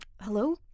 Hello